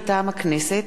מטעם הכנסת: